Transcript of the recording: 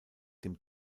dem